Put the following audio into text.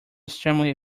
extremely